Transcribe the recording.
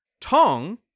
Tong